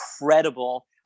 incredible